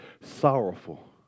sorrowful